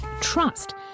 trust